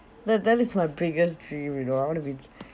that that is my biggest dream you know I want to be